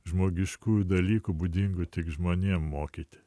žmogiškųjų dalykų būdingų tik žmonėm mokyti